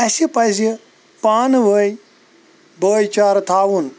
اَسہِ پزِ پانہٕ ؤنۍ بٲے چارٕ تھاوُن